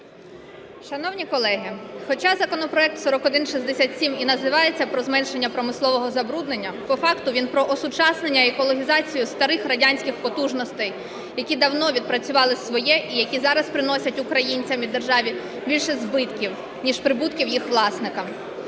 Шановні колеги, хоча законопроект 4167 і називається про зменшення промислового забруднення, по факту він про осучаснення і екологізацію старих радянських потужностей, які давно відпрацювали своє і які зараз приносять українцям і державі більше збитків, ніж прибутків їх власникам.